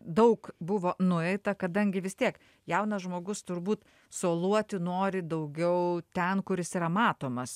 daug buvo nueita kadangi vis tiek jaunas žmogus turbūt soluoti nori daugiau ten kur jis yra matomas